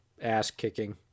ass-kicking